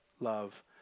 love